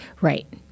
Right